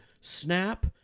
snap